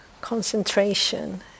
concentration